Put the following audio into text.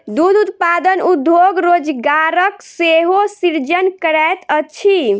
दूध उत्पादन उद्योग रोजगारक सेहो सृजन करैत अछि